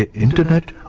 internet